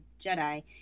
Jedi